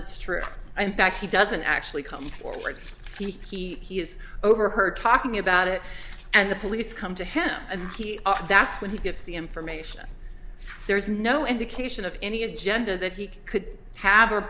it's true in fact he doesn't actually come forward he is overheard talking about it and the police come to him and that's when he gives the information there's no indication of any agenda that he could have